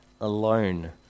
alone